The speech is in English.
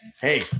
Hey